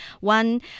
one